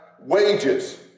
wages